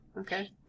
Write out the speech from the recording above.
Okay